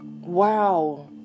Wow